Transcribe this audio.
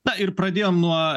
na ir pradėjom nuo